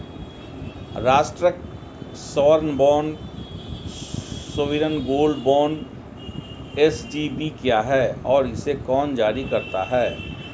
राष्ट्रिक स्वर्ण bond sovereign gold bond SGB क्या है और इसे कौन जारी करता है?